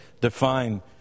define